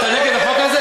אתה נגד החוק הזה?